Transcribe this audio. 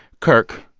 kirk,